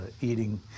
eating